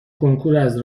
کنکوراز